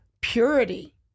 purity